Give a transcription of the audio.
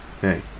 Hey